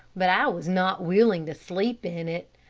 but i was not willing to sleep in it.